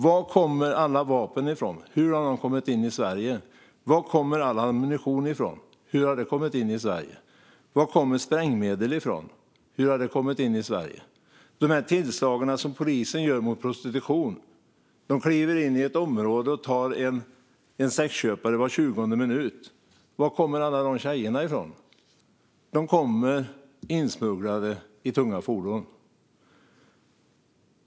Varifrån kommer alla vapen? Hur har de kommit in i Sverige? Varifrån kommer all ammunition? Hur har den kommit in i Sverige? Varifrån kommer sprängmedlen? Hur har de kommit in i Sverige? När polisen gör tillslag mot prostitution kliver de in i ett område och tar en sexköpare var 20:e minut. Varifrån kommer alla tjejerna? De kommer insmugglade i tunga fordon.